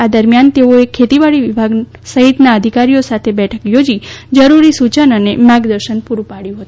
આ દરમિયાન તેઓએ ખેતીવાડી વિભાગ સહિતના અધિકારીઓ સાથે બેઠક યોજી જરૂરી સૂચન અને માર્ગદર્શન પૂરુ પાડ્યું હતું